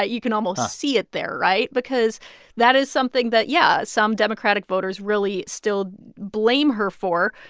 ah you can almost see it there right? because that is something that, yeah, some democratic voters really still blame her for.